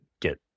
get